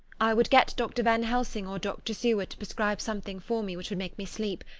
i would get dr. van helsing or dr. seward to prescribe something for me which would make me sleep,